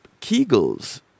Kegels